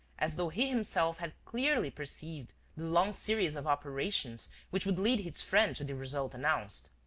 as though he himself had clearly perceived the long series of operations which would lead his friend to the result announced.